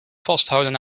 vasthouden